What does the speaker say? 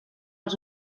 els